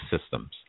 systems